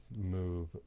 move